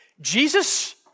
Jesus